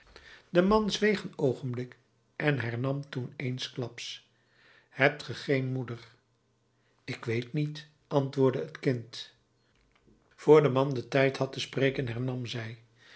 de man zweeg een oogenblik en hernam toen eensklaps hebt ge geen moeder ik weet niet antwoordde het kind vr de man den tijd had te spreken hernam zij